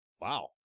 wow